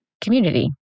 community